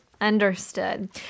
Understood